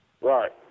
Right